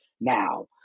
Now